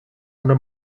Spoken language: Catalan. una